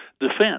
defense